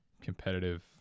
competitive